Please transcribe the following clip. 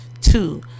Two